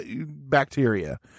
bacteria